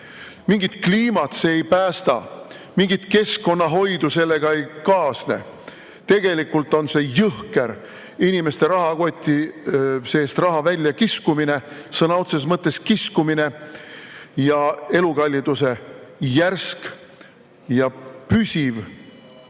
Mingit kliimat see ei päästa, mingit keskkonnahoidu sellega ei kaasne. Tegelikult on see jõhker inimeste rahakoti seest raha välja kiskumine, sõna otseses mõttes kiskumine, ja [elujärje] järsk ja püsiv